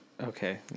Okay